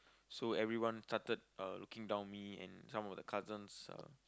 so everyone started uh looking down on me and some of the cousins uh